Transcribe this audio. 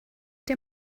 dir